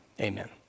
amen